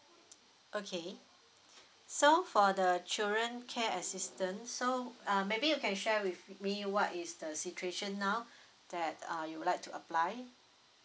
okay so for the children care assistance so uh maybe you can share with me what is the situation now that uh you would like to apply